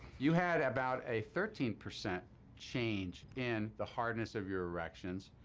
you had about a thirteen percent change in the hardness of your erections.